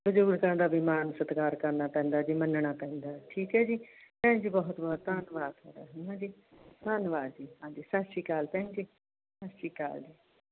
ਬਜ਼ੁਰਗਾਂ ਦਾ ਵੀ ਮਾਣ ਸਤਿਕਾਰ ਕਰਨਾ ਪੈਂਦਾ ਜੀ ਮੰਨਣਾ ਪੈਂਦਾ ਠੀਕ ਹੈ ਜੀ ਭੈਣ ਜੀ ਬਹੁਤ ਬਹੁਤ ਧੰਨਵਾਦ ਤੁਹਾਡਾ ਹੈ ਨਾ ਜੀ ਧੰਨਵਾਦ ਜੀ ਹਾਂਜੀ ਸਤਿ ਸ਼੍ਰੀ ਅਕਾਲ ਭੈਣ ਜੀ ਸਤਿ ਸ਼੍ਰੀ ਅਕਾਲ ਜੀ